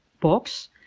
box